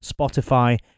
Spotify